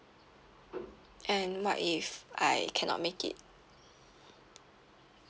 and what if I cannot make it